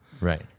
Right